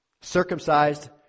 Circumcised